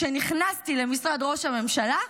כשנכנסתי למשרד ראש הממשלה,